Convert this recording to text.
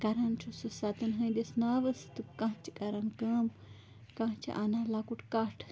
تہٕ کَران چھُ سُہ سَتن ہٕنٛدس ناوَس تہٕ کانٛہہ چھُ کَران کٲم کانٛہہ چھُ اَنان لۄکُٹ کَٹھ